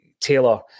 Taylor